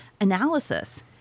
analysis